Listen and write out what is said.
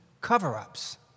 cover-ups